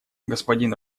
господин